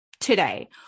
today